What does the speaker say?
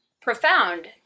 profound